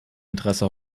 interesse